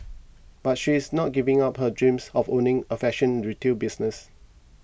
but she is not giving up her dreams of owning a fashion retail business